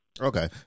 Okay